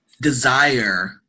desire